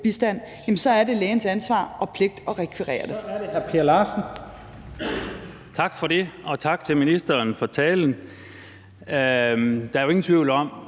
tolkebistand, er det lægens ansvar og pligt at rekvirere det.